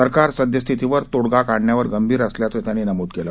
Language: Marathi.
सरकार सद्यस्थितीवर तोडगा काढण्यावर गंभीर असल्याचं त्यांनी नमूद केलं